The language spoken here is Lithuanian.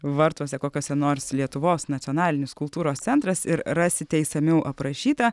vartuose kokiuose nors lietuvos nacionalinis kultūros centras ir rasite išsamiau aprašyta